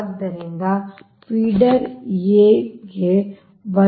ಆದ್ದರಿಂದ feeder A ಗೆ ವೈವಿಧ್ಯತೆಯ ಅಂಶವು 1